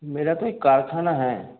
मेरा तो एक कारखाना है